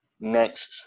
next